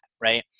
Right